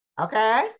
Okay